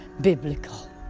biblical